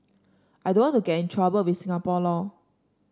I don't want to get in trouble with Singapore law